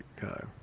go